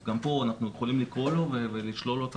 אז גם פה, אנחנו יכולים לקרוא לו ולשלול לו את